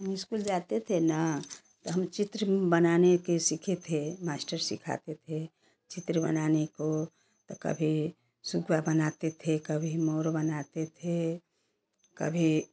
हम स्कूल जाते थे ना तो हम चित्र बनाने के सीखे थे मास्टर सिखाते थे चित्र बनाने को तो कभी सुग्गा बनाते थे कभी मोर बनाते थे कभी